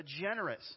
generous